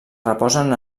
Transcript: reposen